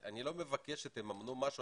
אני לא מבקש שתממנו משהו,